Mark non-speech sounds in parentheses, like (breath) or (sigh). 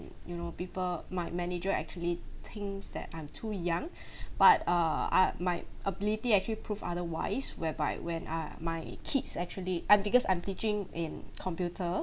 you know people my manager actually thinks that I'm too young (breath) but err I my ability actually prove otherwise whereby when ah my kids actually I'm because I'm teaching in computer